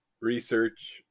research